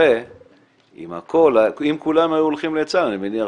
הרי אם כולם היו הולכים לצה"ל אני מניח